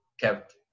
kept